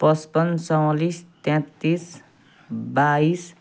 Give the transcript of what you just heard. पचपन्न चौँवालिस त्याँत्तिस बाइस